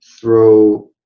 throw